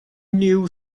new